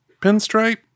pinstripe